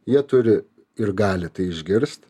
jie turi ir gali tai išgirst